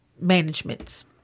management's